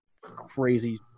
crazy